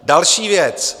Další věc.